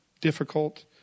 difficult